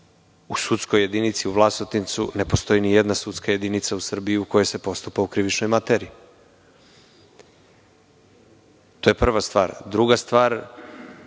U sudskoj jedinici u Vlasotincu ne postoji nijedna sudska jedinica u Srbiji u kojoj se postupa u krivičnoj materiji. To je prva stvar. Druga stvar,